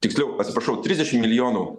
tiksliau atsiprašau trisdešimt milijonų